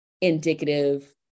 indicative